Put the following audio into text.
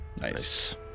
Nice